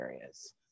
areas